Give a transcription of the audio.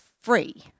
free